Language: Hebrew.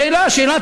שאלה, שאלה.